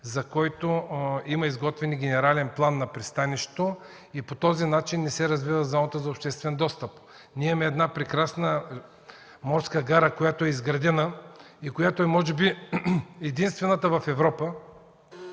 за който има изготвен генерален план на пристанището и по този начин не се развива залата за обществен достъп. Ние имаме една прекрасна морска гара, която е изградена и е може би единствената в Европа